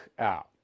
out